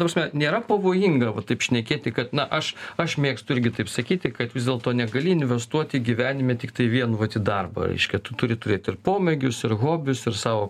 ta prasme nėra pavojinga va taip šnekėti kad na aš aš mėgstu irgi taip sakyti kad vis dėlto negali investuoti gyvenime tiktai vien vat į darbą reiškia tu turi turėt ir pomėgius ir hobius ir savo